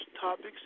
topics